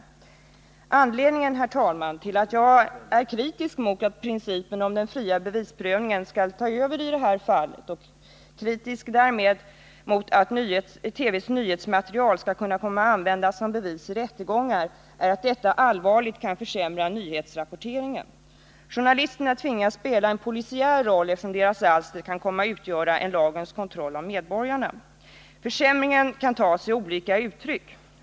Om användningen Anledningen, herr talman, till att jag är kritisk mot att principen om den — av jornalistiskt fria bevisprövningen skall ta över i det här fallet och därmed kritisk mot att — material som bevis TV:s nyhetsmaterial skall kunna användas som bevis i rättegångar är att detta =; rättegångar allvarligt kan försämra nyhetsrapporteringen. Journalisterna tvingas spela en polisiär roll, eftersom deras alster kan komma att utgöra ett hjälpmedel i lagens kontroll av medborgarna. Försämringen kan ta sig olika uttryck.